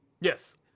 Yes